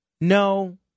no